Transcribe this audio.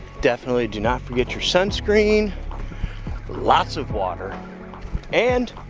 definitely do not forget your sunscreen lots of water and